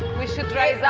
we should try